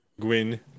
Gwyn